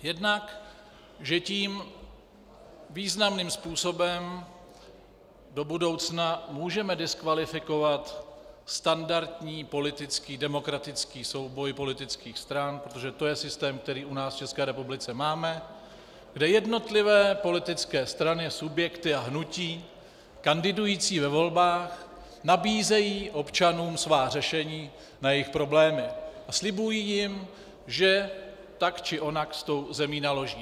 Jednak že tím významným způsobem do budoucna můžeme diskvalifikovat standardní politický demokratický souboj politických stran, protože to je systém, který u nás v České republice máme, kde jednotlivé politické strany, subjekty a hnutí kandidující ve volbách nabízejí občanům svá řešení na jejich problémy a slibují jim, že tak či onak s tou zemí naloží.